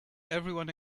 everyone